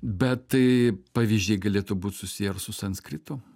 bet tai pavyzdžiai galėtų būt susiję ir su sanskritu